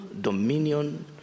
dominion